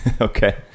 Okay